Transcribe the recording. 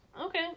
Okay